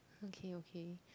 okay okay